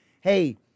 hey